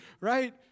right